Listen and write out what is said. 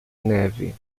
neve